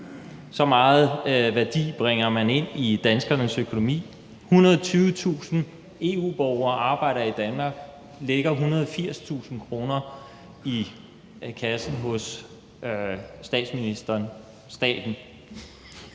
Så meget værdi bringer man ind i danskernes økonomi. 120.000 EU-borgere arbejder i Danmark, lægger 180.000 kr. i kassen hos staten. En af